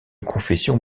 confession